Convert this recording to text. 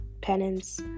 penance